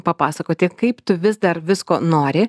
papasakoti kaip tu vis dar visko nori